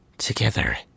Together